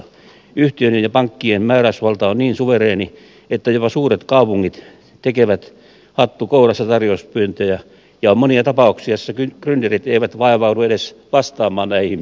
yhtiöiden ja pankkien määräysvalta on niin suvereeni että jopa suuret kaupungit tekevät hattu kourassa tarjouspyyntöjä ja on monia tapauksia joissa grynderit eivät vaivaudu edes vastaamaan näi hin pyyntöihin